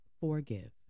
forgive